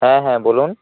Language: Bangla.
হ্যাঁ হ্যাঁ বলুন